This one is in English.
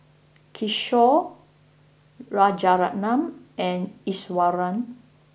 Kishore Rajaratnam and Iswaran